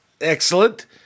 Excellent